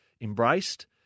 embraced